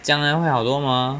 这样 leh 会好多吗